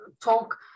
talk